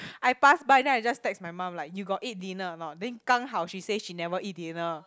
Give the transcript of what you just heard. I pass by then I just text my mum like you got eat dinner or not then 刚好 she say she never eat dinner